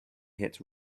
hit